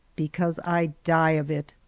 because i die of it.